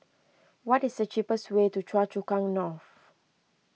what is the cheapest way to Choa Chu Kang North